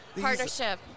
partnership